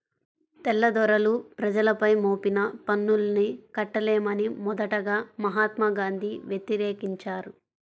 తెల్లదొరలు ప్రజలపై మోపిన పన్నుల్ని కట్టలేమని మొదటగా మహాత్మా గాంధీ వ్యతిరేకించారు